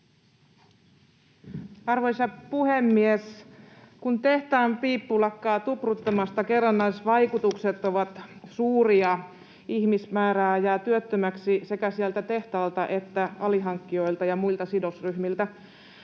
Arvoisa puhemies! Kun tehtaan piippu lakkaa tupruttamasta, kerrannaisvaikutukset ovat suuria: suuria ihmismääriä jää työttömäksi sekä sieltä tehtaalta että alihankkijoilta ja muilta sidosryhmiltä.